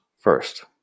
first